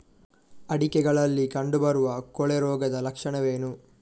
ಅಡಿಕೆಗಳಲ್ಲಿ ಕಂಡುಬರುವ ಕೊಳೆ ರೋಗದ ಲಕ್ಷಣವೇನು?